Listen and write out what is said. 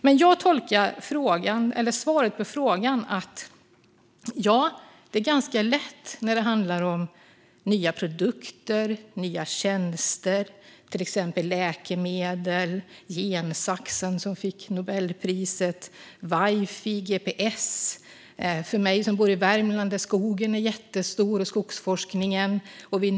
Men jag tolkar svaret på frågan som att det är ganska lätt när det handlar om nya produkter och nya tjänster, till exempel läkemedel, gensaxen som fick Nobelpriset, wifi och gps. För mig som bor i Värmland är skogsforskningen omfattande.